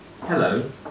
Hello